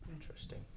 interesting